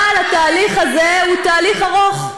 אבל התהליך הזה הוא תהליך ארוך.